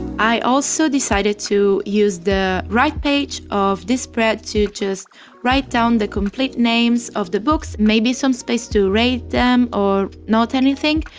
i also decided to use the right page of this spread to just write down the complete names of the books, maybe some space to rate them or note anything,